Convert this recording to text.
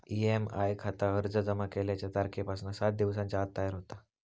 EIE खाता अर्ज जमा केल्याच्या तारखेपासना सात दिवसांच्या आत तयार होता